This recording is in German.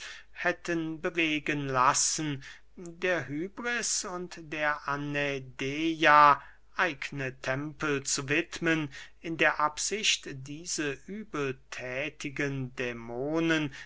hätten bewegen lassen der hybris und der anädeia eigene tempel zu widmen in der absicht diese übelthätigen dämonen